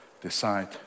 Decide